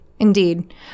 Indeed